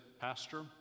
Pastor